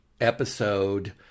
episode